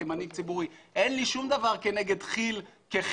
וכמנהיג ציבורי אין לי שום דבר כנגד כי"ל ככי"ל.